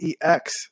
EX